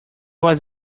was